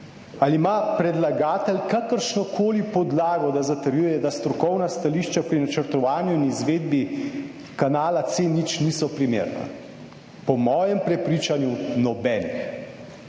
Ali ima predlagatelj kakršno koli podlago, da zatrjuje, da strokovna stališča pri načrtovanju in izvedbi kanala C0 niso primerna? Po mojem prepričanju nobenih.